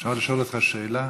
אפשר לשאול אותך שאלה?